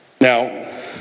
Now